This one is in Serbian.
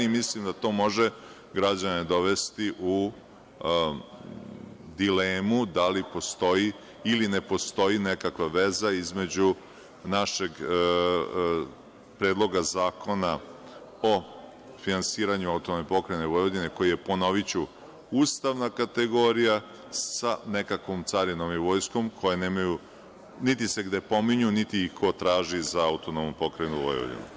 Mislim da to može građane dovesti u dilemu - da li postoji ili ne postoji nekakva veza između našeg Predloga zakona o finansiranju AP Vojvodine, koji je, ponoviću, ustavna kategorija, sa nekakvom carinom i vojskom koje nemaju, niti se gde pominju, niti ih ko traži za AP Vojvodinu.